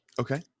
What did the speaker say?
Okay